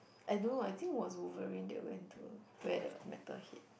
I don't know I think was Wolverine that went to wear the metal head